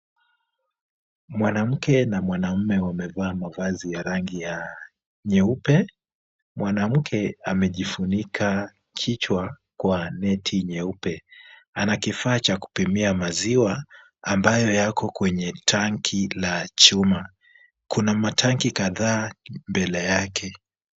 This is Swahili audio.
Mwanamke na mwanamme wamevaa mavazi ya rangi ya nyeupe. Mwanamke amejifunika kichwa kwa neti nyeupe. Ana kifaa cha kupimia maziwa ambayo yako kwenye tanki la chuma. Kuna matanki kadhaa mbele yake.